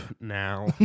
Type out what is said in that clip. now